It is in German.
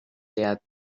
der